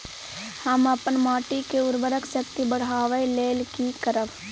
हम अपन माटी के उर्वरक शक्ति बढाबै लेल की करब?